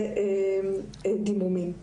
זה דימומים.